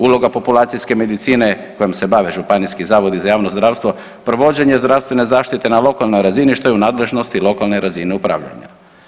Uloga populacijske medicine kojim se bave županijski zavodi za javno zdravstvo, provođenje zdravstvene zaštite na lokalnoj razini, što je u nadležnosti lokalne razine upravljanja.